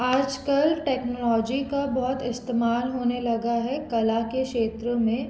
आजकल टेक्नोलॉजी का बहुत इस्तेमाल होने लगा है कला के क्षेत्र में